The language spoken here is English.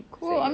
mmhmm